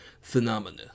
Phenomena